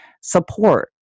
support